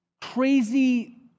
crazy